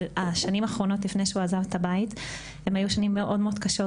אבל השנים האחרונות לפני שהוא עזב את הבית הן היו שנים מאוד מאוד קשות.